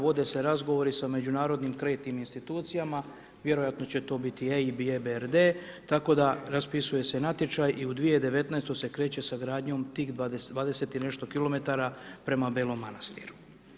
Vode se razgovori sa međunarodnim kreditnim institucijama, vjerojatno će to biti EBDR, tako da raspisuje se natječaj i u 2019.-toj se kreće sa gradnjom tih 20 i nešto km prema Belom Manastiru.